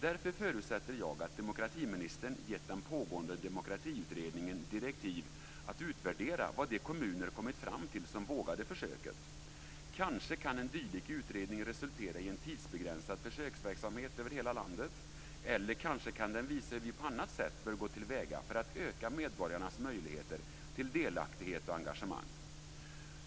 Därför förutsätter jag att demokratiministern givit den pågående demokratiutredningen direktiv att utvärdera vad de kommuner kommit fram till som vågade försöket. Kanske kan en dylik utredning resultera i en tidsbegränsad försöksverksamhet över hela landet, eller kanske kan den visa hur vi på annat sätt bör gå till väga för att öka medborgarnas möjligheter till delaktighet och engagemang.